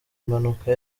impanuka